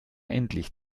endlich